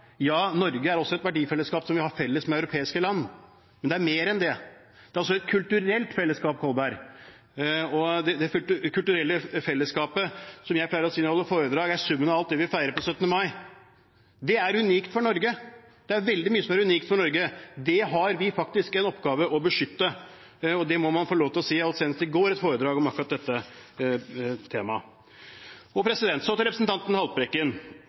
felles med europeiske land, men det er mer enn det, det er også et kulturelt fellesskap, Kolberg. Og det kulturelle fellesskapet er, som jeg pleier å si når jeg holder foredrag, summen av alt det vi feirer på 17. mai. Det er unikt for Norge. Det er veldig mye som er unikt for Norge. Det har vi faktisk i oppgave å beskytte, og det må man få lov til å si. Jeg holdt senest i går et foredrag om akkurat dette temaet. Så til representanten Haltbrekken: